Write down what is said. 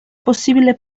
possibile